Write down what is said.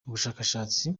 ubushakashatsi